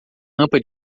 rampa